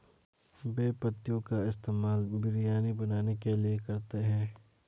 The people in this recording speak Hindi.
बे पत्तियों का इस्तेमाल बिरयानी बनाने के लिए करते हैं